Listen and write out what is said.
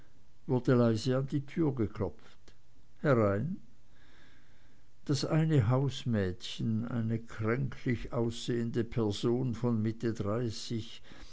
an ihre tür geklopft herein das eine hausmädchen eine kränklich aussehende person von mitte dreißig